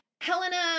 Helena